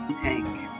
Tank